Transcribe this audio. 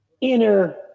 inner